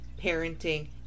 parenting